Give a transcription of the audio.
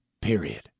period